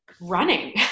running